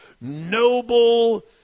noble